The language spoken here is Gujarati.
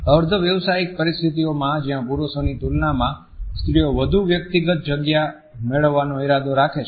અર્ધ વ્યાવસાયિક પરિસ્થિતિઓમાં જ્યાં પુરુષોની તુલનામાં સ્ત્રીઓ વધુ વ્યક્તિગત જગ્યા મેળવવાનો ઇરાદો રાખે છે